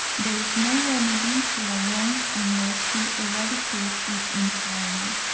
there is no remedy for a wrong unless you eradicate it entirely,